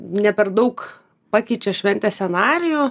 ne per daug pakeičia šventės scenarijų